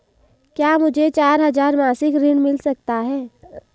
क्या मुझे चार हजार मासिक ऋण मिल सकता है?